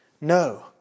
No